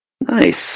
Nice